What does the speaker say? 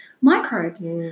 microbes